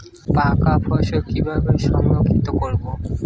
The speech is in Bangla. পাকা ফসল কিভাবে সংরক্ষিত করব?